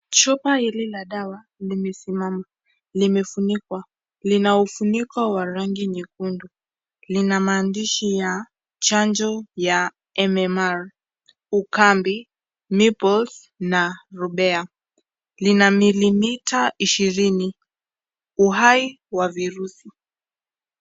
Chupa hili la dawa limesimama limefunikwa, lina ufuniko wa rangi nyekundu, lina maandishi ya chanjo ya MMR, Ukambi, Measles, na Rubella lina milimita ishirini uhai wa virusi.